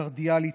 קרדיאלית,